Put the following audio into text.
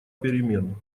перемен